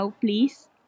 please